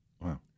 Wow